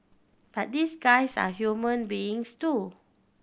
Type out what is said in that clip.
but these guys are human beings too